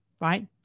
right